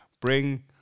bring